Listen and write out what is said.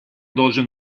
должен